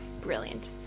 Brilliant